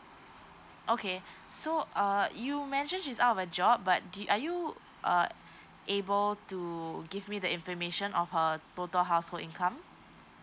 okay so uh you mentioned she is out of the job but do are you uh able to give me the information of her total household income